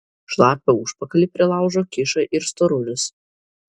šlapią užpakalį prie laužo kiša ir storulis